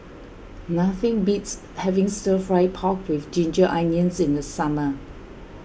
nothing beats having Stir Fried Pork with Ginger Onions in the summer